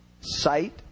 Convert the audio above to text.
sight